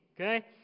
okay